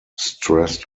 stressed